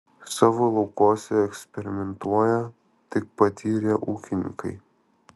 savo laukuose eksperimentuoja tik patyrę ūkininkai